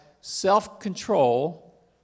self-control